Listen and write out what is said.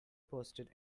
posted